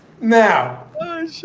now